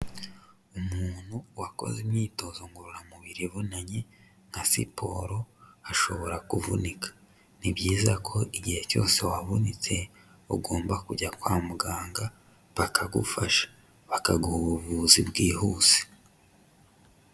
Umuntu wakoze imyitozo ngororamubiri ivunanye nka siporo ashobora kuvunika. Ni byiza ko igihe cyose wavunitse ugomba kujya kwa muganga bakagufasha, bakaguha ubuvuzi bwihuse.